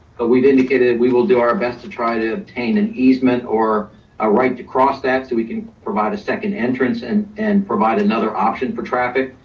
but we've indicated we will do our best to try to obtain an easement or a right to cross that. so we can provide a second entrance and and provide another option for traffic.